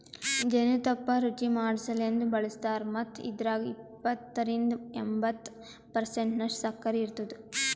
ಜೇನು ತುಪ್ಪ ರುಚಿಮಾಡಸಲೆಂದ್ ಬಳಸ್ತಾರ್ ಮತ್ತ ಇದ್ರಾಗ ಎಪ್ಪತ್ತರಿಂದ ಎಂಬತ್ತು ಪರ್ಸೆಂಟನಷ್ಟು ಸಕ್ಕರಿ ಇರ್ತುದ